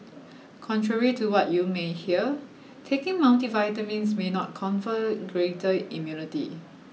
contrary to what you may hear taking multivitamins may not confer greater immunity